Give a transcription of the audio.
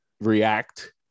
React